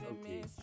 Okay